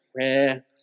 prayer